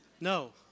No